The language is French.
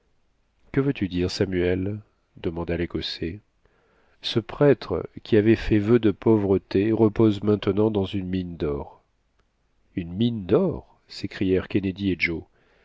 que veux-tu dire samuel demanda l'écossais ce prêtre qui avait fait vu de pauvreté repose maintenant dans une mine d'or une mine d'or s'écrièrent kennedy et joe